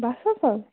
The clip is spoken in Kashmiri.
بس ہَسا